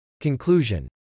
Conclusion